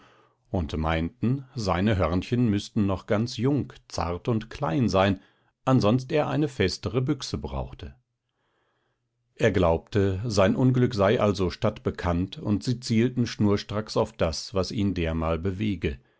und meinten seine hörnchen müßten noch ganz jung zart und klein sein ansonst er eine festere büchse brauchte er glaubte sein unglück sei also stadtbekannt und sie zielten schnurstracks auf das was ihn dermal bewege